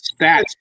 stats